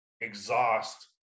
exhaust